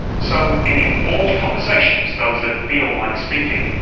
so in informal conversations, those that feel like speaking,